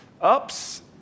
ups